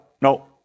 no